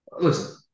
listen